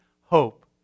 hope